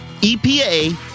EPA